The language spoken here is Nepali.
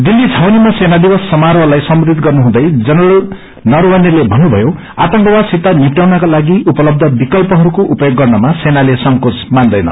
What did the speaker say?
दिल्ली छावनीमा सेना दिवस सामारोहलाई सम्बोधित गर्नुहँदै जनरल नरवणेले भनुभयो आतंकवादसित निष्टवाउनका लागि उपलेख्य विकल्पहरूको उपयोग गर्नमा सेनाले संकोच मान्दैन